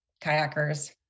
kayakers